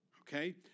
okay